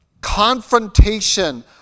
confrontation